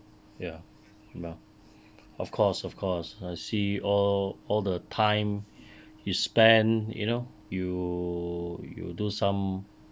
ya ya of course of course I see all all the time he spend you know you you do some